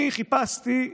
אני חיפשתי,